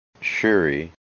Shuri